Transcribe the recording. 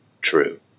true